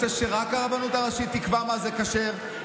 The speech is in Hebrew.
רוצה שרק הרבנות הראשית תקבע מה זה כשר,